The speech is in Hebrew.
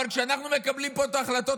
אבל כשאנחנו מקבלים פה את ההחלטות,